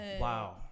wow